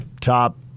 top